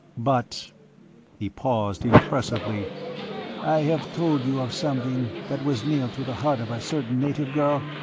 but he paused impressively i have told you of something that was nailed to the hut of a certain native girl?